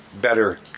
better